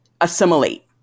assimilate